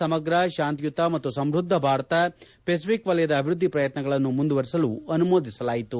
ಸಮಗ್ರ ಶಾಂತಯುತ ಮತ್ತು ಸಮೃದ್ದ ಭಾರತ ಪೆಸಿಪಿಕ್ ವಲಯದ ಅಭಿವೃದ್ಧಿ ಪ್ರಯತ್ನಗಳನ್ನು ಮುಂದುವರೆಸಲೂ ಅನುಮೋಧಿಸಲಾಯಿತು